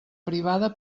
privada